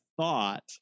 thought